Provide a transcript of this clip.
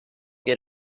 get